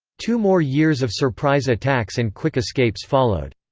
two more years of surprise attacks and quick escapes followed.